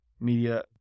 media